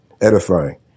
edifying